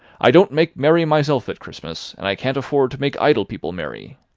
i don't make merry myself at christmas and i can't afford to make idle people merry.